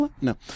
no